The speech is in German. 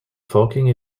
vorgänge